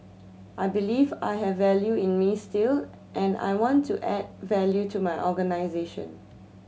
I believe I have value in me still and I want to add value to my organisation